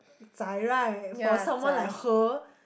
zhai right for someone like her